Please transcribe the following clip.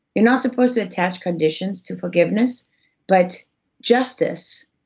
you're not supposed to attach conditions to forgiveness but justice,